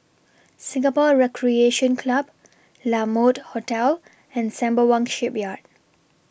Singapore Recreation Club La Mode Hotel and Sembawang Shipyard